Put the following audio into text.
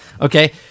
okay